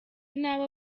n’abo